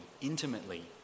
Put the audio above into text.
intimately